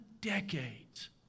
decades